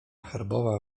herbowa